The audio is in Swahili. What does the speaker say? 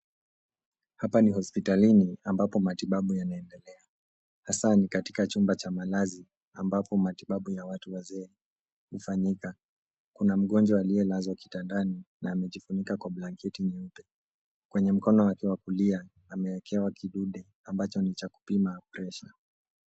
Hapa ni hospitalini ambapo matibabu yanaendelea hasa ni katika chumba cha malazi ambapo matibabu ya watu wazee hufanyika, kuna mgonjwa aliyelazwa kitandani na amejifunika kwa blanketi nyeupe.